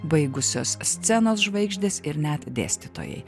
baigusios scenos žvaigždės ir net dėstytojai